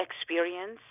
experience